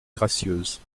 gracieuses